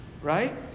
Right